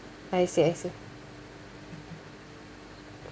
I see I see